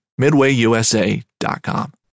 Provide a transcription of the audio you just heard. MidwayUSA.com